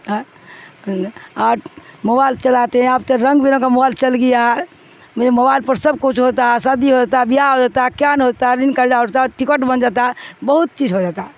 آپ موبائل چلاتے ہیں آپ سے رنگ بنگ کا موبائل چل گیا مجھے موبائل پر سب کچھ ہوتا ہے سادی ہوتا بیا ہو جتا ہے کیاان ہوتا بن کردہ اٹتا ٹکٹ بن جاتا ہے بہت چیھ ہو جاتا ہے